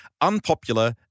unpopular